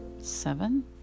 seven